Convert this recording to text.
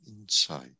insight